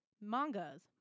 mangas